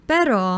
Pero